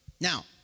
Now